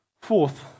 Fourth